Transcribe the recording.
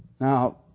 Now